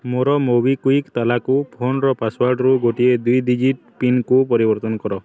ମୋର ମୋବିକ୍ଵିକ୍ ତାଲାକୁ ଫୋନର ପାସୱାର୍ଡ଼ରୁ ଗୋଟିଏ ଦୁଇ ଡିଜିଟ୍ ପିନକୁ ପରିବର୍ତ୍ତନ କର